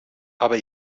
aber